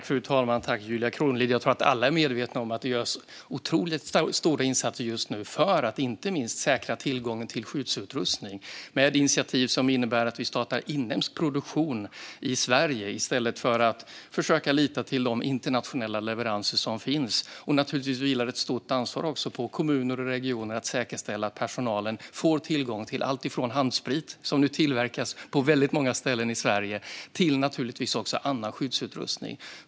Fru talman! Jag tror att alla är medvetna om att det just nu görs otroligt stora insatser för att inte minst säkra tillgången till skyddsutrustning. Vi har ett initiativ som innebär att vi startar inhemsk produktion i stället för att försöka lita till internationella leveranser. Naturligtvis vilar ett stort ansvar på kommuner och regioner att säkerställa att personalen får tillgång till alltifrån handsprit, som nu tillverkas på väldigt många ställen i Sverige, till annan skyddsutrustning.